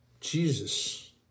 Jesus